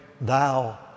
thou